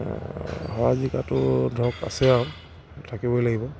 হৰা জিকাটো ধৰক আছে আৰু থাকিবই লাগিব